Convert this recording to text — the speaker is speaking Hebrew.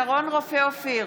שרון רופא אופיר,